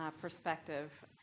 perspective